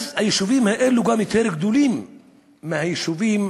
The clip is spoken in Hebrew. היישובים האלה גם גדולים יותר מהיישובים